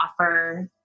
offer